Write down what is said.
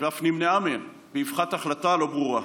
ואף נמנעה מהן באבחת החלטה לא ברורה.